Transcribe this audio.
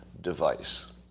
device